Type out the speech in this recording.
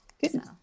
Good